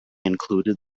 included